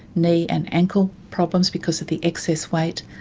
knee, and ankle problems because of the excess weight.